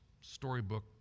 storybook